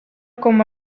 como